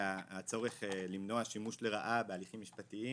הצורך למנוע שימוש לרעה בהליכים משפטיים